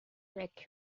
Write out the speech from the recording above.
wreck